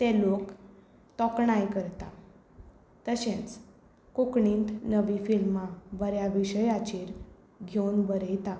ते लोक तोखणाय करता तशेंच कोंकणींत नवीं फिल्मां बऱ्या विशयाचेर घेवन बरयता